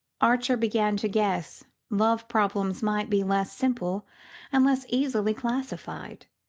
archer began to guess, love-problems might be less simple and less easily classified.